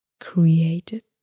created